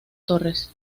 torres